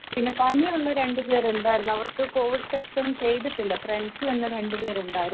പിന്നെ പനിയുള്ള രണ്ട് പേരുണ്ടായിരുന്നു അവർക്ക് കോവിഡ് ടെസ്റ്റ് ഒന്നും ചെയ്തിട്ടില്ല ഫ്രണ്ട്സ് തന്നെ രണ്ട് പേരുണ്ടായിരുന്നു